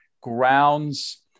grounds